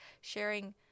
sharing